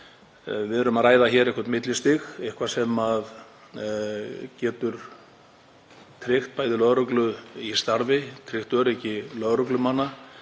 Við erum að ræða hér eitthvert millistig, eitthvað sem getur tryggt lögreglu í starfi, tryggt öryggi lögreglumanna